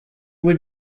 would